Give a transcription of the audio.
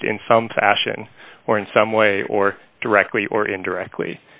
used in some fashion or in some way or directly or indirectly